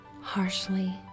harshly